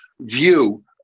view